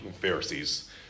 Pharisees